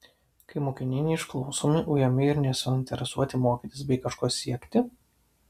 kai mokiniai neišklausomi ujami ir nesuinteresuoti mokytis bei kažko siekti